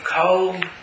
cold